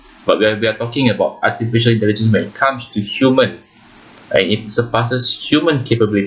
but when we are talking about artificial intelligence when it comes to human and it surpasses human capabil~